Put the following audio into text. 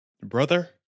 Brother